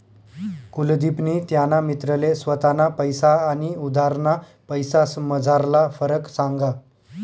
कुलदिपनी त्याना मित्रले स्वताना पैसा आनी उधारना पैसासमझारला फरक सांगा